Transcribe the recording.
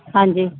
ਹਾਂਜੀ